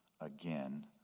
again